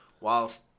whilst